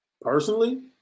Personally